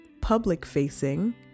public-facing